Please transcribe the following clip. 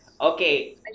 Okay